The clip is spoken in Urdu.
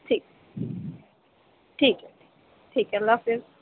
ٹھیک ٹھیک ہے ٹھیک ہے اللہ حافظ